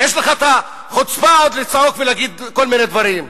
ויש לך את החוצפה עוד לצעוק ולהגיד כל מיני דברים.